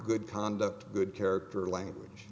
good conduct good character language